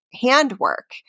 handwork